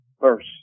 verse